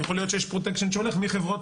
יכול להיות שיש פרוטקשן שהולך מחברות